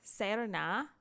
Serna